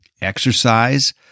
exercise